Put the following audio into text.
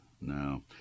No